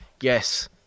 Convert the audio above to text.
yes